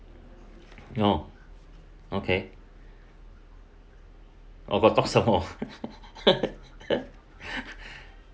you know okay oh got talk some more